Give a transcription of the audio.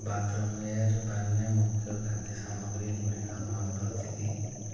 bathroom ware ପାନୀୟ ମୁଖ୍ୟ ଖାଦ୍ୟ ସାମଗ୍ରୀ ଗୁଡ଼ିକ ମହଜୁଦ ଅଛି କି